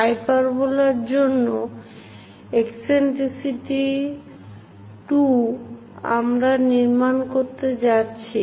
হাইপারবোলার জন্য ইসেন্ট্রিসিটি 2 আমরা নির্মাণ করতে যাচ্ছি